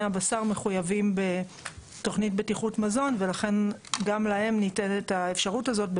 הבשר מחויבים בתכנית בטיחות מזון ולכן גם להם ניתנת האפשרות הזאת,